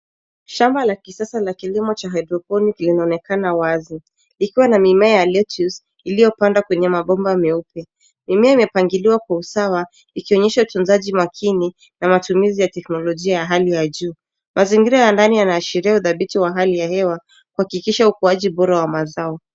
Shamba la kisasa la kilimo cha hydroponics inaonekana wazi ikiwa na mimea ya lettuce iliyopandwa kwenye mabomba meupe. Mimea imepangiliwa kwa usawa ikionyesha utunzaji makini na matumizi ya teknolojia ya hali ya juu. Mazingira ya ndani yanaashiria udhabiti wa hali ya hewa kuhakikisha ukuaji bora wa mazao.